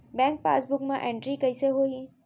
Bank passbook मा entry कइसे होही?